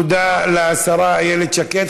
תודה לשרה איילת שקד.